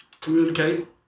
communicate